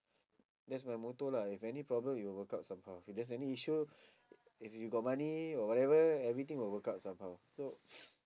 that's my motto lah if any problem it will work out somehow if there's any issue if you got money or whatever everything will work out somehow so